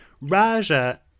Raja